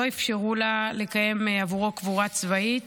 לא אפשרו לה לקיים עבורו קבורה צבאית,